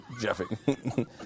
Jeffy